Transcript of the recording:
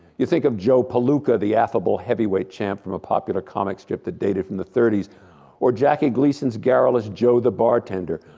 you think of joe palooka the affable heavy-weight champ from a popular comic strip that dated from the thirty s or jackie gleason's garrulous, joe the bartender.